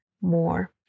more